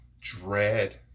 dread